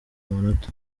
amanota